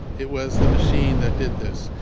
it was the machine that did this.